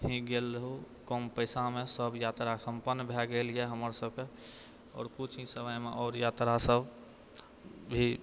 ही गेल रहुँ कम पैसामे सब यात्रा सम्पन्न भए गेल यऽ हमर सब के आओर कुछ हि समयमे आओर यात्रा सब भी